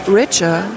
richer